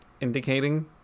indicating